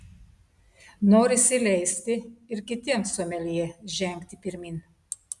norisi leisti ir kitiems someljė žengti pirmyn